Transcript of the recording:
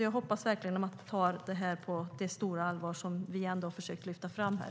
Jag hoppas verkligen att man tar det här på det stora allvar som vi ändå har försökt att lyfta fram här.